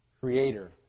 creator